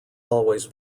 always